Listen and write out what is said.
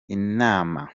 inama